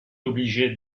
obligés